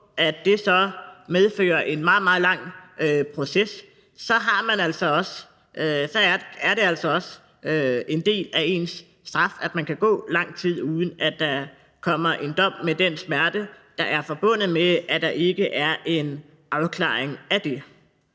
det så medfører en meget, meget lang proces, er det altså også en del af ens straf, at man kan gå lang tid, uden der kommer en dom, med den smerte, der er forbundet med, at der ikke er en afklaring af det.